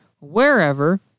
wherever